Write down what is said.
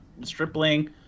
Stripling